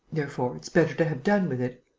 therefore, it's better to have done with it.